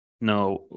No